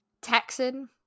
Texan